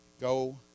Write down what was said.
go